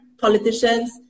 politicians